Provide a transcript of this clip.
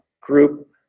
group